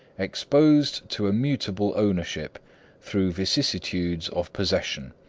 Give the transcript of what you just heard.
exposed to a mutable ownership through vicissitudes of possession.